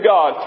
God